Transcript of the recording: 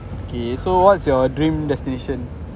okay so what's your dream destination